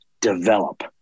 develop